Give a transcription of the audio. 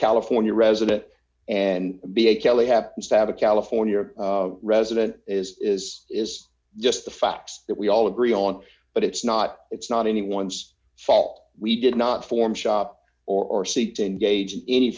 california resident and be a kelly happens to have a california as an is is is just the facts that we all agree on but it's not it's not anyone's fault we did not form shop or seek to engage in any